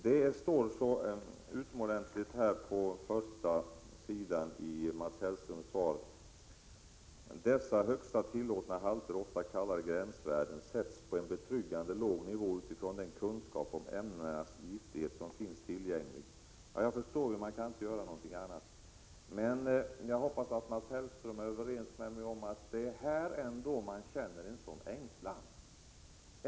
I början av Mats Hellströms svar står något som låter utomordentligt bra: ”Dessa högsta tillåtna halter, ofta kallade gränsvärden, sätts på en betryggande låg nivå utifrån den kunskap om ämnenas giftighet som finns tillgänglig.” Jag förstår att man inte kan göra något annat, men jag hoppas att Mats Hellström är överens med mig om att man här känner en ängslan.